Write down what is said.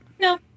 no